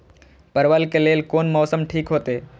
परवल के लेल कोन मौसम ठीक होते?